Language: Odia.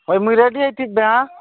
ହଉ ମୁଇଁ ରେଡ୍ଡି ହୋଇଥିବି ଆଁ